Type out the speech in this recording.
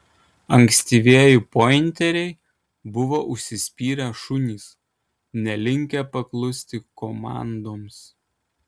ankstyvieji pointeriai buvo užsispyrę šunys nelinkę paklusti komandoms